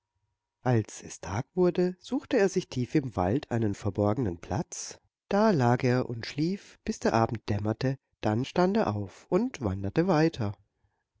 als es tag wurde suchte er sich tief im wald einen verborgenen platz da lag er und schlief bis der abend dämmerte dann stand er auf und wanderte weiter